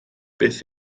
beth